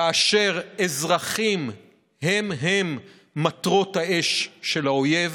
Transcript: כאשר אזרחים הם-הם מטרות האש של האויב,